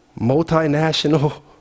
multinational